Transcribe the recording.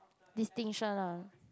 distinction ah